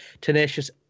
tenacious